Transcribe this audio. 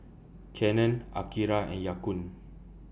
Canon Akira and Ya Kun